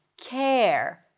care